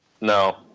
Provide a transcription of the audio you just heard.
No